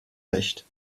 recht